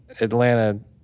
Atlanta